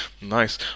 Nice